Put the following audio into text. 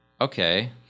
okay